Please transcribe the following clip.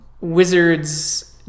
wizards